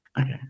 Okay